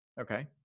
Okay